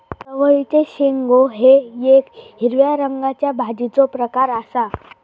चवळीचे शेंगो हे येक हिरव्या रंगाच्या भाजीचो प्रकार आसा